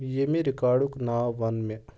ییٚمہِ رِکاڈُک ناو وَن مےٚ